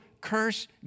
curse